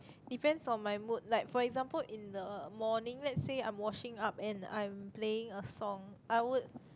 depends on my mood like for example in the morning let's say I'm washing up and I'm playing a song I would